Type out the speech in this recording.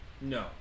no